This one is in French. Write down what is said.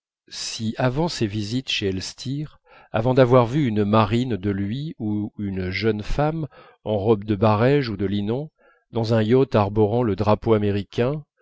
si avant ces visites chez elstir avant d'avoir vu une marine de lui où une jeune femme en robe de barège ou de linon dans un yacht arborant le drapeau américain